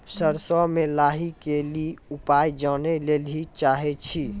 सरसों मे लाही के ली उपाय जाने लैली चाहे छी?